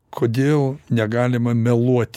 kodėl negalima meluot